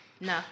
No